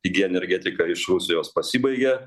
pigi energetika iš rusijos pasibaigė